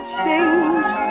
change